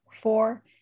four